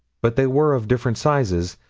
but they were of different sizes,